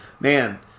Man